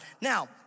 Now